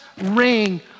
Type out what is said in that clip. ring